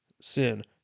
sin